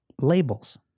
labels